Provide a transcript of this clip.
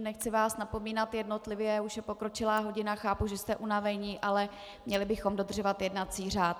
Nechci vás napomínat jednotlivě, už je pokročilá hodina, chápu, že jste unaveni, ale měli bychom dodržovat jednací řád.